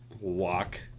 walk